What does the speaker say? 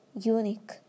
unique